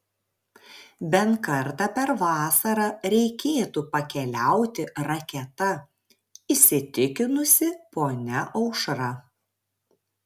bent kartą per vasarą reikėtų pakeliauti raketa įsitikinusi ponia aušra